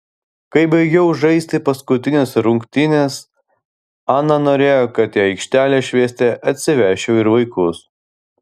kai baigiau žaisti paskutines rungtynes ana norėjo kad į aikštelę švęsti atsivesčiau ir vaikus